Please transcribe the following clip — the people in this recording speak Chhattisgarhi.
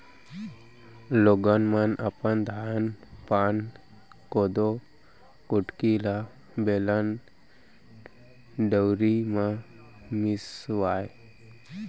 लोगन मन अपन धान पान, कोदो कुटकी ल बेलन, दउंरी म मीसय